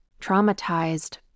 traumatized